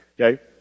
Okay